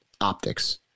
Optics